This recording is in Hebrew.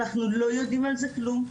אנחנו לא יודעים על זה כלום,